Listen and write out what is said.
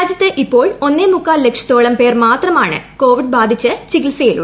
രാജ്യത്ത് ഇപ്പോൾ ഒന്നേമുക്കാൽ ലക്ഷത്തോളം പേർ മാത്രമാണ് കോവിഡ് ബാധിച്ച് ചികിത്സയിലുള്ളത്